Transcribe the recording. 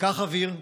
ניקח אוויר,